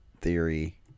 theory